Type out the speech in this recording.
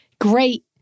great